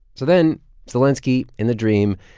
so then zelenskiy, in the dream,